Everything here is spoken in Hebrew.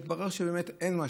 התברר שאין באמת משקיעים,